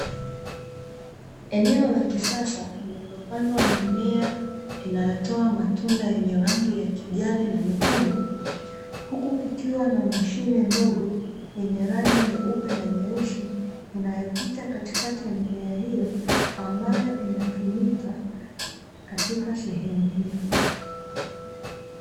Eneo la kisasa limepandwa mimea inayotoa matunda ya rangi ya kijani na nyekundu, huku kukiwa na mashine ndogo yenye rangi nyeupe na nyeusi inayopita katikati ya mimea hio ambayo inatumika katika sehemu hio.